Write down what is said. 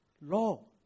law